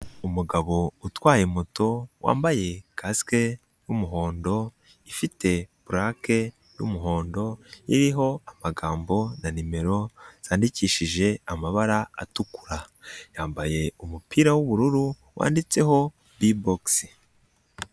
Umugabo utwaye moto wambaye kasike y'umuhondo, ifite pulake y'umuhondo iriho amagambo na nimero zandikishije amabara atukura, yambaye umupira w'ubururu wanditseho Bboxx.